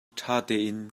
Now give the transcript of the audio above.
ṭhatein